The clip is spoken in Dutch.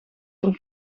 voor